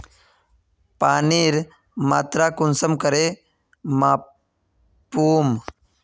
पानीर मात्रा कुंसम करे मापुम?